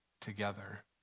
together